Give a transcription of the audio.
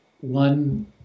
one